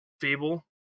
Fable